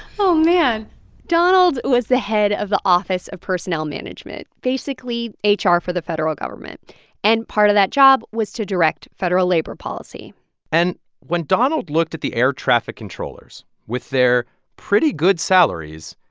oh, man donald was the head of the office of personnel management basically ah hr for the federal government and part of that job was to direct federal labor policy and when donald looked at the air traffic controllers, with their pretty good salaries,